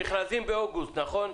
המכרזים באוגוסט, נכון?